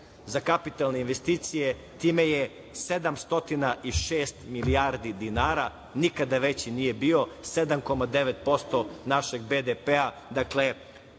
za kapitalne investicije time je 706 milijardi dinara, nikada veći nije bio, 7,9% našeg BDP-a. Dakle,